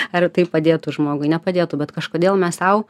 ar tai padėtų žmogui nepadėtų bet kažkodėl mes sau